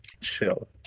chill